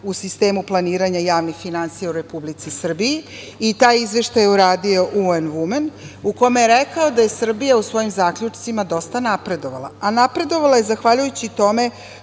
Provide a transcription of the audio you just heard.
u sistemu planiranja javnih finansija u Republici Srbiji i taj izveštaj je uradio UN Women, u kome je rekao da je Srbija u svojim zaključcima dosta napredovala. A napredovala je zahvaljujući tome